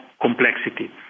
complexity